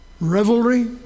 revelry